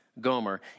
Gomer